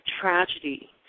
tragedy